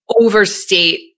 overstate